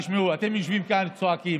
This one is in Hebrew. תשמעו, אתם יושבים כאן, צועקים.